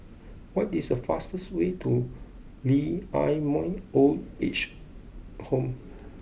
what is the fastest way to Lee Ah Mooi Old Age Home